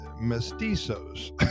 Mestizos